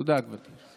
תודה, גברתי.